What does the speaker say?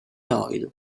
doyle